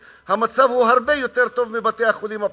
המצב הרבה יותר טוב מאשר בבתי-החולים הפרטיים.